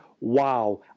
wow